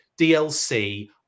DLC